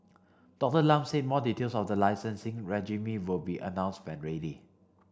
Doctor Lam said more details of the licensing regime will be announced when ready